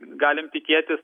galim tikėtis